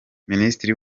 minisitiri